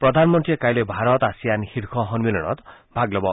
প্ৰধানমন্ত্ৰী কাইলৈ ভাৰত আছিয়ান শীৰ্ষ সন্মিলনত ভাগ ল'ব